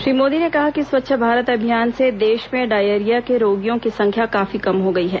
श्री मोदी ने कहा कि स्वच्छ भारत अभियान से देश में डायरिया के रोगियों की संख्या काफी कम हो गयी है